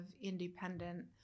independent